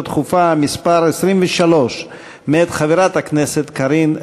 דחופה מס' 23 מאת חברת הכנסת קארין אלהרר,